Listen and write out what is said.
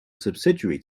subsidiary